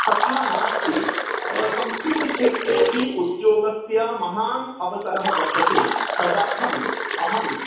तथा नास्ति संस्कृतक्षेत्रे अपि उद्योगस्य महान् अवसरः वर्तते तदर्थम् अहं